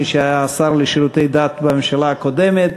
מי שהיה השר לשירותי דת בממשלה הקודמת,